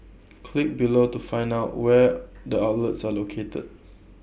click below to find out where the outlets are located